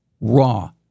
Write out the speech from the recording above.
raw